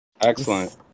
Excellent